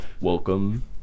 Welcome